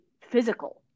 physical